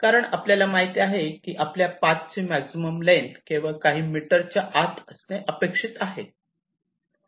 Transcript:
कारण आपल्याला माहित आहे की आपल्या पाथची मॅक्झिमम लेंग्थ केवळ काही मीटरच्या आत असणे अपेक्षित आहे